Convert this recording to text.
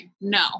No